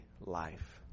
life